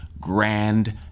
Grand